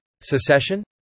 Secession